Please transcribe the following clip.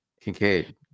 Kincaid